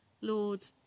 Lord